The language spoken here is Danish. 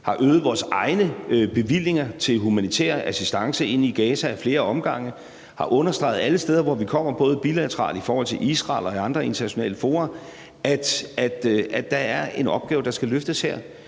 har øget vores egne bevillinger til humanitær assistance ind i Gaza ad flere omgange, vi har understreget alle de steder, hvor vi kommer, både bilateralt i forhold til Israel og i andre internationale fora, at der her er en opgave, der skal løftes.